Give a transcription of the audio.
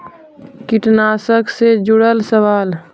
कीटनाशक से जुड़ल सवाल?